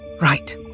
Right